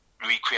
recreate